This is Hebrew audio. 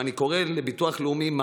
ואני קורא לביטוח הלאומי,